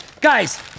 guys